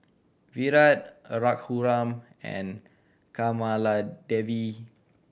Virat Raghuram and Kamaladevi